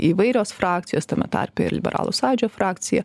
įvairios frakcijos tame tarpe ir liberalų sąjūdžio frakcija